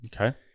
Okay